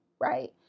Right